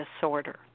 disorder